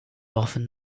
often